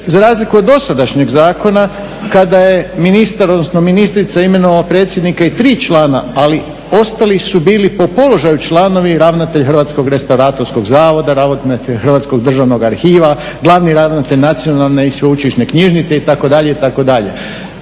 za razliku od dosadašnjeg zakona kada je ministar, odnosno ministrica imenovao predsjednika i 3 člana, ali ostali su bili po položaju članovi i ravnatelj Hrvatskog restauratorskog zavoda, ravnatelj Hrvatskog državnog arhiva, glavni ravnatelj Nacionalne i sveučilišne knjižnice, itd.,